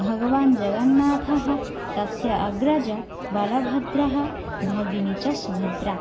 भगवान् जगन्नाथः तस्य अग्रजः बलभद्रः भगिनी च सुभद्रा